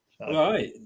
Right